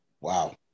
Wow